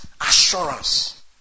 assurance